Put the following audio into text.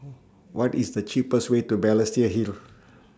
What IS The cheapest Way to Balestier Hill